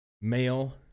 male